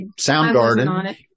Soundgarden